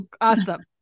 Awesome